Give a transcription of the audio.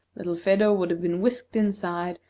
little phedo would have been whisked inside,